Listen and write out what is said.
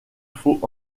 faut